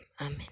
Amen